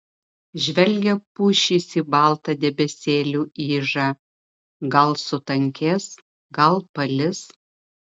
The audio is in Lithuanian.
žvelgia pušys į baltą debesėlių ižą gal sutankės gal palis